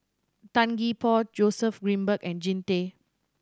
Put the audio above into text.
Tan Gee Paw Joseph Grimberg and Jean Tay